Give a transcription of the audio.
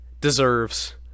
deserves